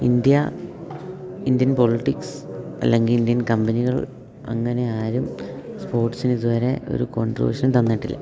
India Indian politics Indian കമ്പനികൾ അങ്ങനെ ആരും സ്പോർട്സിനിതുവരെ ഒരു കോൺട്രിബ്യൂഷൻ തന്നിട്ടില്ല